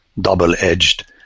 double-edged